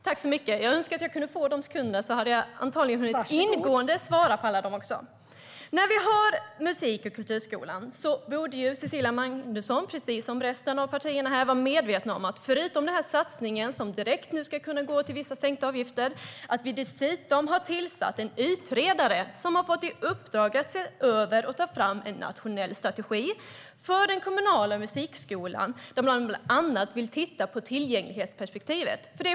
Herr talman! När det gäller musik och kulturskolan borde Cecilia Magnusson, precis som resten av partierna, vara medveten om att vi, förutom denna satsning som nu direkt ska kunna gå till en sänkning av vissa avgifter, har tillsatt en utredare som har fått i uppdrag att se över och ta fram en nationell strategi för den kommunala musikskolan. Bland annat vill man titta på tillgänglighetsperspektivet.